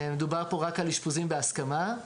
מדובר פה רק על אשפוזים בהסכמה,